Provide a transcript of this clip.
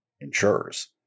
insurers